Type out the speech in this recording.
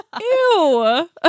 Ew